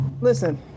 listen